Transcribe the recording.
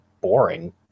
boring